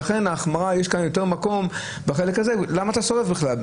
יש יותר מקום בחלק הזה, למה אתה שורף בכלל?